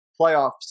playoffs